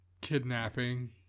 kidnapping